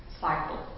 cycle